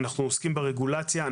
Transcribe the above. ברגולציה,